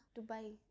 Dubai